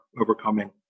overcoming